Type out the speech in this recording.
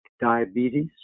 diabetes